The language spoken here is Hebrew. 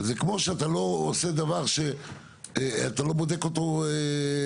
זה כמו שאתה לא עושה דבר שאתה לא בודק אותו כלכלית